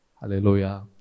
Hallelujah